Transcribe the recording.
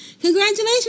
Congratulations